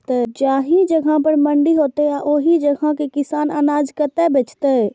जाहि जगह पर मंडी हैते आ ओहि जगह के किसान अनाज कतय बेचते?